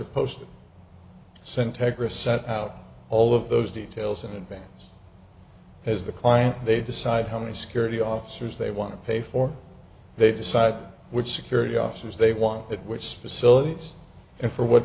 rosette out all of those details in advance as the client they decide how many security officers they want to pay for they decide which security officers they want at which facilities and for what